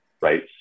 right